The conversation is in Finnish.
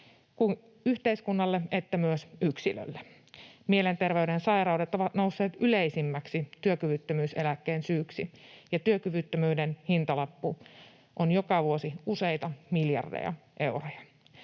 yhteiskunnalle että myös yksilölle. Mielenterveyden sairaudet ovat nousseet yleisimmäksi työkyvyttömyyseläkkeen syyksi, ja työkyvyttömyyden hintalappu on joka vuosi useita miljardeja euroja.